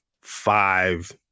five